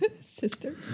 sister